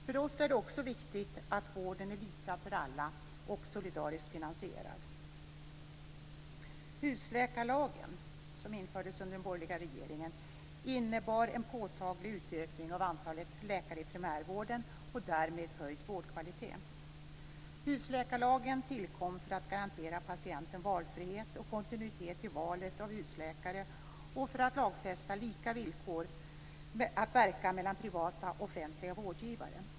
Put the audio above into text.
För oss är det också viktigt att vården är lika för alla och solidariskt finansierad. Husläkarlagen, som infördes under den borgerliga regeringen, innebar en påtaglig utökning av antalet läkare i primärvården och därmed höjd vårdkvalitet. Husläkarlagen tillkom för att garantera patienter valfrihet och kontinuitet vid valet av husläkare och för att lagfästa lika villkor att verka för privata och offentliga vårdgivare.